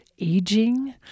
Aging